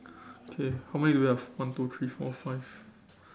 okay how many do you have one two three four five